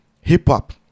Hip-hop